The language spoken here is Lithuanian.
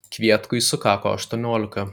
kvietkui sukako aštuoniolika